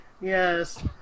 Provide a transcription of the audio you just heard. Yes